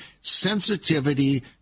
sensitivity